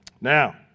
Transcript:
now